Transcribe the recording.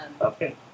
okay